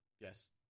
Yes